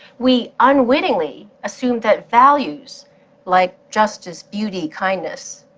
we unwittingly assume that values like justice, beauty, kindness,